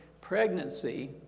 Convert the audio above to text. pregnancy